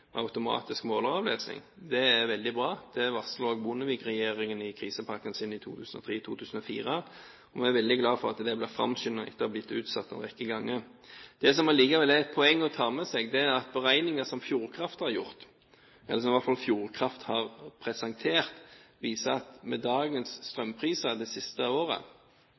med noen utspill den siste uken. En har framskyndet prosjektene rundt AMS, eller toveiskommunikasjon, automatisk måleravlesning. Det er veldig bra. Det varslet også Bondevik-regjeringen om i krisepakken sin i 2003–2004. Vi er veldig glad for at det er blitt framskyndet etter å ha blitt utsatt en rekke ganger. Det som likevel er et poeng, er at beregninger som Fjordkraft har gjort, eller som Fjordkraft i hvert fall har presentert, viser at med dagens strømpriser i